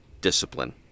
discipline